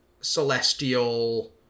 celestial